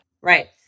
Right